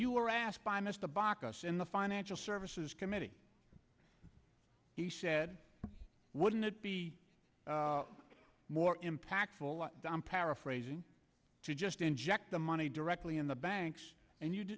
you were asked by mr baucus in the financial services committee he said wouldn't it be more impactful i'm paraphrasing to just inject the money directly in the banks and you